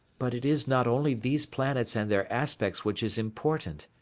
but it is not only these planets and their aspects which is important,